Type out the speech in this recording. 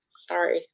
Sorry